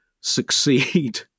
succeed